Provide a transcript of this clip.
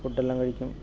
ഫുഡെല്ലാം കഴിക്കും